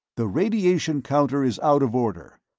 the radiation counter is out of order,